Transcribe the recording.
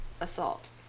assault